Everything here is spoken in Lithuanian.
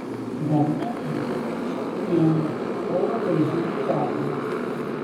garde ėriukai šokinėja puola laižyti veidą